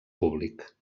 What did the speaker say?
públic